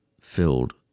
filled